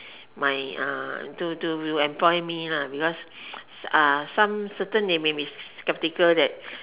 my to to employ me because some certain they may be skeptical that